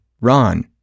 Ron